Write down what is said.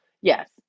yes